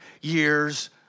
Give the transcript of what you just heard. years